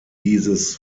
dieses